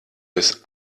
des